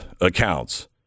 accounts